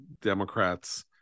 Democrats